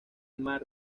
mar